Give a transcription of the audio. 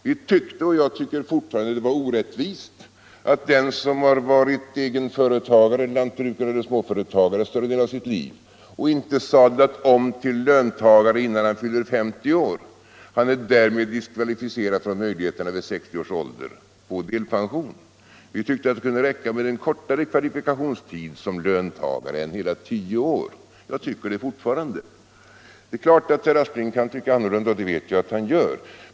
Vi tyckte, och jag tycker fortfarande, att det var orättvist att den som varit egen företagare — lantbrukare eller småföretagare — större delen av sitt liv och inte sadlat om till löntagare innan han fyllt 50 år därmed skulle vara diskvalificerad från möjligheten att vid 60 års ålder få delpension. Vi tyckte att det kunde räcka med en kortare kvalifikationstid som löntagare än hela tio år. Jag tycker det fortfarande. Det är klart att herr Aspling kan tycka annorlunda, och det vet jag att han gör.